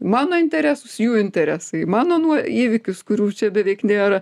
mano interesus jų interesai mano nuo įvykius kurių čia beveik nėra